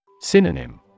Synonym